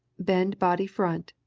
bend body front,